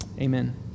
Amen